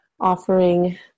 offering